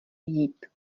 jít